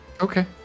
Okay